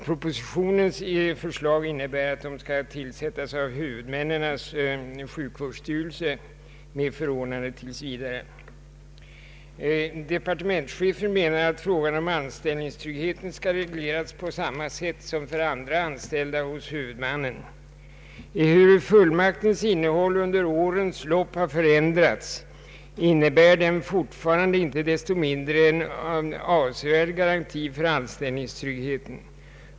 Propositionens förslag innebär att överläkarna skall tillsättas av huvudmännens sjukvårdsstyrelse med förordnande tills vidare. Departementschefen menar att anställningstryggheten skall regleras på samma sätt som för andra anställda hos huvudmännen. Ehuru fullmaktens innehåll under årens lopp har förändrats, innebär den fortfarande inte desto mindre en avsevärd garanti för anställningstryggheten.